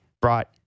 brought